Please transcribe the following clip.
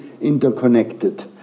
interconnected